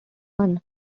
one